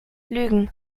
lügen